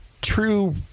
true